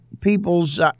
people's